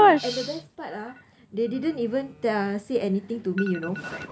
and the best part ah they didn't even uh say anything to me you know